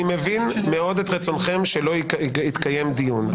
אני מבין מאוד את רצונכם שלא יתקיים דיון.